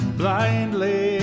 blindly